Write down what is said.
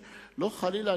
חלילה,